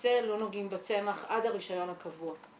למעשה לא נוגעים בצמח עד הרישיון הקבוע.